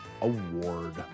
Award